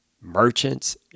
merchants